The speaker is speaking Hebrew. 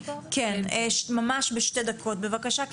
ממש בשתי דקות בבקשה,